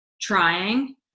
trying